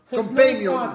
companion